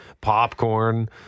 popcorn